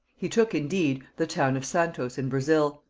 he took indeed the town of santos in brazil,